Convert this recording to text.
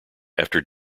after